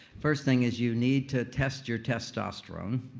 first thing is you need to test your testosterone.